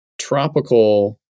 tropical